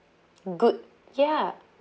good ya